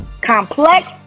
complex